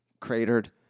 cratered